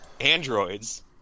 androids